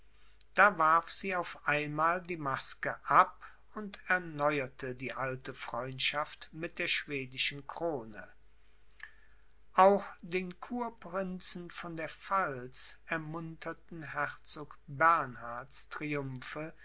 da warf sie auf einmal die maske ab und erneuerte die alte freundschaft mit der schwedischen krone auch den kurprinzen von der pfalz ermunterten herzog